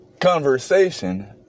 conversation